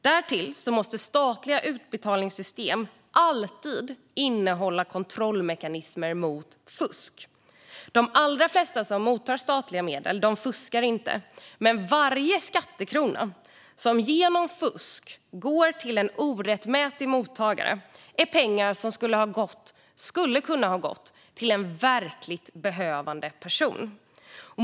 Därtill måste statliga utbetalningssystem alltid innehålla kontrollmekanismer mot fusk. De allra flesta som mottar statliga medel fuskar inte. Men varje skattekrona som genom fusk går till en orättmätig mottagare är pengar som hade kunnat gå till en verkligt behövande person.